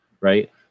Right